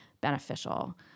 beneficial